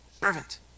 servant